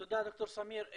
תודה, ד"ר סמיר.